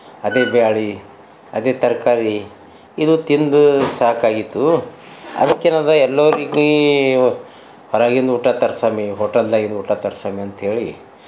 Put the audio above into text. ಅದೇ ಬೇಳೆ ಅದೇ ತರಕಾರಿ ಇದು ತಿಂದು ಸಾಕಾಗಿತ್ತು ಅದಕ್ಕೆ ಏನಿದೆ ಎಲ್ಲರಿಗೆ ಹೊರಗಿಂದ ಊಟ ತರ್ಸಮ್ಮಿ ಹೋಟೆಲ್ದಾಗಿಂದ ಊಟ ತರಿಸಮ್ಮಿ ಅಂತ ಹೇಳಿ